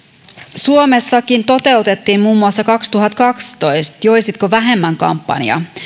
suomessakin toteutettiin muun muassa kaksituhattakaksitoista joisitko vähemmän kampanja